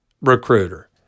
recruiter